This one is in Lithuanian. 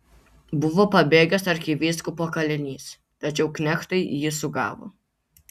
buvo pabėgęs arkivyskupo kalinys tačiau knechtai jį sugavo